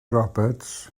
roberts